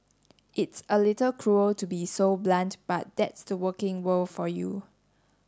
it's a little cruel to be so blunt but that's the working world for you